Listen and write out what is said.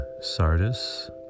Sardis